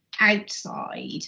outside